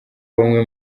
bamwe